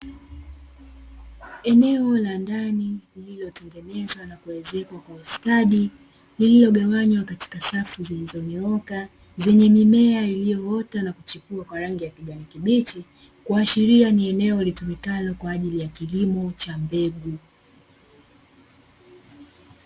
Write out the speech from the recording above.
Eneo la ndani lililotengenezwa na kuezekwa kwa ustadi, iliyogawanywa katika safu zilizonyooka zenye mimea iliyoota na kuchipua kwa rangi ya kijani kibichi, kuashiria ni eneo litumikalo kwa ajili ya kilimo cha mbegu.